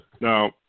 Now